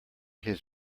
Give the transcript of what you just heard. his